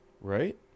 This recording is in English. Right